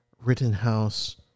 Rittenhouse